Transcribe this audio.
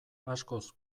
askoz